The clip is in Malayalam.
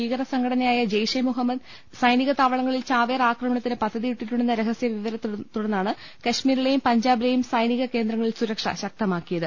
ഭീകര സംഘടനയായ ജെയ്ഷെ മുഹമ്മദ് സൈനിക താവളങ്ങളിൽ ചാവേർ ആക്രമണത്തിന് പദ്ധതിയിട്ടിട്ടുണ്ടെന്ന രഹസ്യ വിവരത്തെത്തുടർന്നാണ് കശ്മീരിലെയും പഞ്ചാബി ലെയും സൈനിക കേന്ദ്രങ്ങളിൽ സുരക്ഷ ശക്തമാക്കിയത്